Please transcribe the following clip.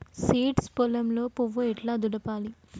Seeds పొలంలో పువ్వు ఎట్లా దులపాలి?